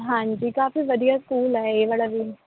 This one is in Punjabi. ਹਾਂਜੀ ਕਾਫੀ ਵਧੀਆ ਸਕੂਲ ਹੈ ਇਹ ਵਾਲਾ ਵੀ